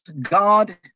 God